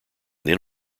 then